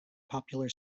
popular